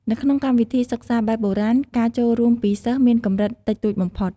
នៅក្នុងកម្មវិធីសិក្សាបែបបុរាណ ការចូលរួមពីសិស្សមានកម្រិតតិចតួចបំផុត។